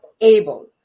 able